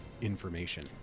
information